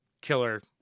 killer